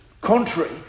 contrary